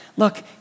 Look